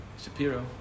Shapiro